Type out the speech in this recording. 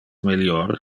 melior